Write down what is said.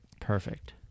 perfect